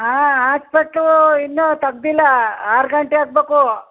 ಹಾಂ ಆಸ್ಪೆಟ್ಲೂ ಇನ್ನೂ ತೆಗ್ದಿಲ್ಲ ಆರು ಗಂಟೆಯಾಗ್ಬೇಕು